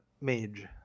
Mage